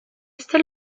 este